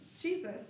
Jesus